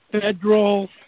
federal